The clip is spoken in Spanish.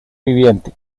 viviente